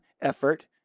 effort